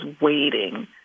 waiting